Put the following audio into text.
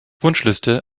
wunschliste